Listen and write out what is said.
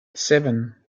seven